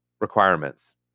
requirements